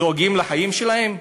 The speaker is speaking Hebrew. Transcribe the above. דואגים לחיים שלהם?